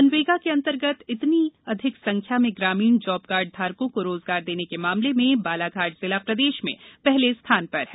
मनरेगा के अंतर्गत इतनी अधिक संख्या में ग्रामीण जाबकार्ड धारकों को रोजगार देने के मामले में बालाघाट जिला प्रदेश में प्रथम स्थान पर है